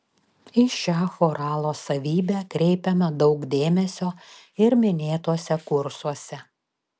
į šią choralo savybę kreipiama daug dėmesio ir minėtuose kursuose